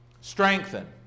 Strengthen